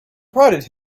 prodded